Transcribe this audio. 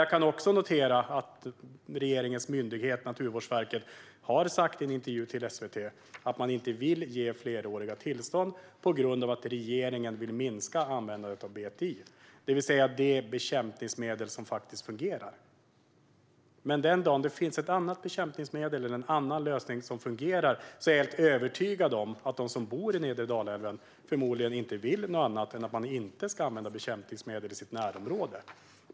Jag kan också notera att regeringens myndighet Naturvårdsverket har sagt i en intervju till SVT att man inte vill ge fleråriga tillstånd på grund av att regeringen vill minska användandet av BTI, det vill säga det bekämpningsmedel som faktiskt fungerar. Den dag det finns ett annat bekämpningsmedel eller en annan lösning som fungerar vill de som bor vid nedre Dalälven förmodligen inget annat än att bekämpningsmedel inte ska användas i deras närområde.